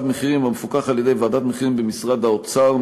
מחירים המפוקח על-ידי ועדת מחירים במשרד האוצר,